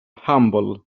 humble